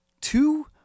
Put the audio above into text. two